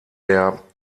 der